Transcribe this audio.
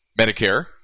Medicare